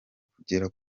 kugera